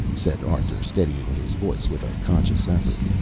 said arthur, steadying his voice with a conscious effort,